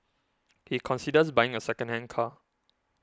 he considers buying a secondhand car